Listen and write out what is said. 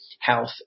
health